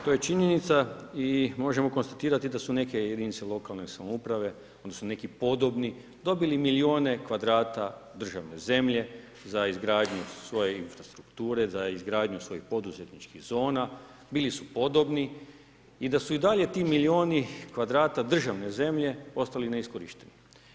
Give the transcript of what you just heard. To je činjenica i možemo konstatirati da su neke jedinice lokalne samouprave, odnosno, neki podobni, dobili milijune kvadrata državne zemlje za izgradnju svoje infrastrukture, za izgradnju svojih poduzetničkih zona, bili su podobni, i da su i dalje ti milijuni kvadrata državne zemlje ostali neiskorišteni.